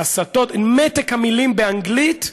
ההסתות, מתק המילים באנגלית,